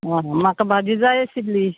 आ म्हाका भाजी जाय आशिल्ली